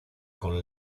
con